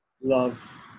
love